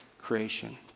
creation